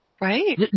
Right